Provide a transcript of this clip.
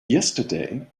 yesterday